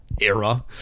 era